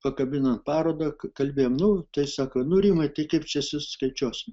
pakabinant parodą kalbėjom nu tai sako nu rimai tai kaip čia susiskaičiuosim